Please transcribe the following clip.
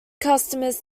customers